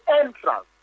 entrance